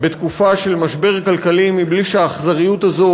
בתקופה של משבר כלכלי בלי שהאכזריות הזאת